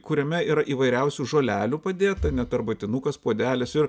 kuriame yra įvairiausių žolelių padėta net arbatinukas puodelis ir